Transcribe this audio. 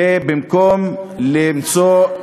ובמקום למצוא,